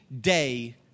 day